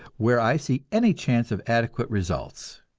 where i see any chance of adequate results,